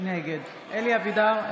נגד אלי אבידר,